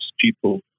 people